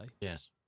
Yes